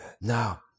Now